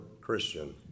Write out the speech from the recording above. Christian